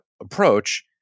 approach